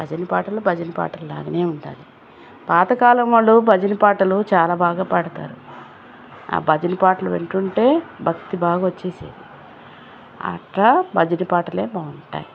భజన పాటలు భజన పాటలు లాగానే ఉండాలి పాతకాలం వాళ్ళు భజన పాటలు చాలా బాగా పాడతారు ఆ భజన పాటలు వింటుంటే భక్తి బాగొచ్చేసేది అట్ల భజన పాటలే బాగుంటాయి